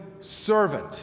servant